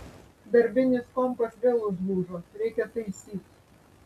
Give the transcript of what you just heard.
darbinis kompas vėl užlūžo reikia taisyt